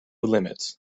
limits